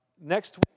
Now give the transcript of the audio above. Next